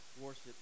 worship